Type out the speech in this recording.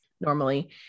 normally